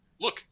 look